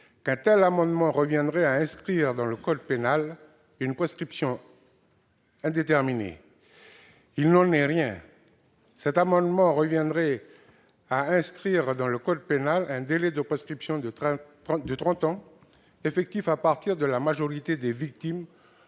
qu'un tel amendement reviendrait à inscrire dans le code pénal une prescription indéterminée. Il n'en est rien ! Cet amendement reviendrait à inscrire dans le code pénal un délai de prescription de trente ans, qui serait effectif à partir de la majorité des victimes